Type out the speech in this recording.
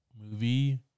movie